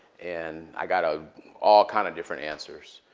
and i got ah all kind of different answers.